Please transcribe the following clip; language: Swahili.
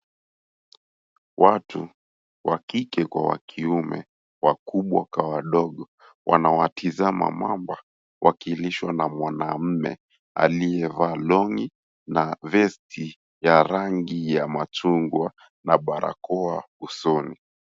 Watu, wa kike kwa wa kiume, wakubwa kwa wadogo, wanawatazama mamba wakilishwa na mwanaume aliyevaa long'i na vesti ya rangi ya machungwa na barakoa usoni.